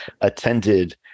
attended